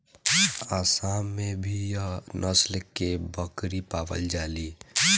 आसाम में भी एह नस्ल के बकरी पावल जाली